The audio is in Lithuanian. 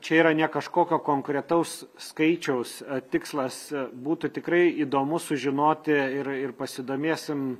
čia yra ne kažkokio konkretaus skaičiaus tikslas būtų tikrai įdomu sužinoti ir ir pasidomėsim